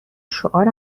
شعار